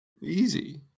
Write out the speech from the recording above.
Easy